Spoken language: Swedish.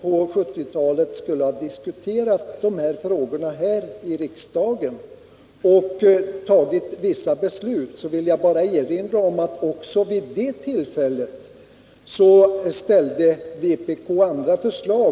på 1970-talet skulle ha diskuterat dessa frågor här i riksdagen och fattat vissa beslut, vill jag bara erinra om att vpk också vid det tillfället ställde andra förslag.